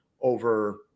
over